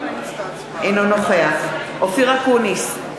אינו נוכח אופיר אקוניס,